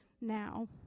now